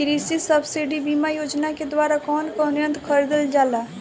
कृषि सब्सिडी बीमा योजना के द्वारा कौन कौन यंत्र खरीदल जाला?